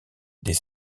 des